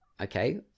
Okay